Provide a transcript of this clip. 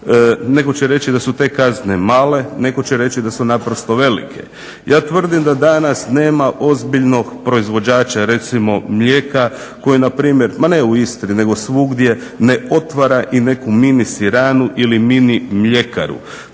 Netko će reći da su te kazne male, netko će reći da su naprosto velike. Ja tvrdim da danas nema ozbiljnog proizvođača recimo mlijeka koji npr. ma ne u Istri nego svugdje ne otvara i neku mini-siranu ili mini-mljekaru.